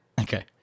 Okay